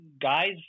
Guys